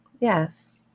yes